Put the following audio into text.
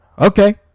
okay